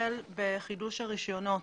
בחידוש הרישיונות,